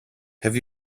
have